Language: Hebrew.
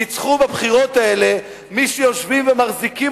ניצחו בבחירות האלה מי שיושבים ומחזיקים